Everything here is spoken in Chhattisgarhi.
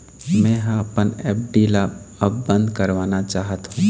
मै ह अपन एफ.डी ला अब बंद करवाना चाहथों